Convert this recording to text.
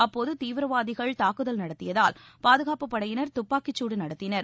அப்போது தீவிரவாதிகள் தாக்குதல் நடத்தியதால் பாதுகாப்புப் படையினர் துப்பாக்கிச்சூடு நடத்தினர்